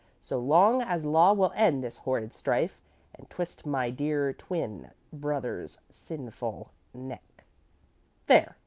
so long as law will end this horrid strife and twist my dear twin brother's sinful neck there,